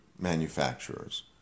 manufacturers